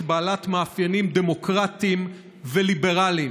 בעלת מאפיינים דמוקרטיים וליברליים,